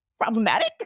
problematic